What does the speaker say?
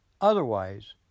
Otherwise